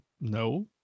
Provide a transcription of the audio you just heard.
No